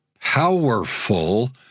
powerful